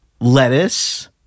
lettuce